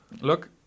look